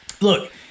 Look